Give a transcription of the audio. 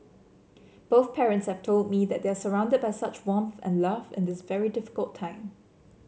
both parents have told me that they are surrounded by such warmth and love in this very difficult time